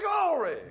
glory